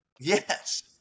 Yes